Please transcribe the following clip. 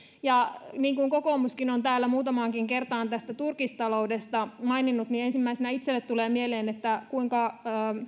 kokoomus on täällä muutamaankin kertaan tästä turkistaloudesta maininnut ja ensimmäisenä itselleni tulee mieleen kuinka